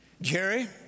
Jerry